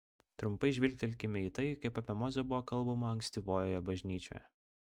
trumpai žvilgtelkime į tai kaip apie mozę buvo kalbama ankstyvojoje bažnyčioje